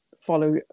follow